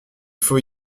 faut